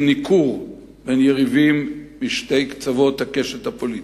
ניכור בין יריבים משני קצות הקשת הפוליטית.